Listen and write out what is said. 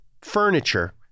furniture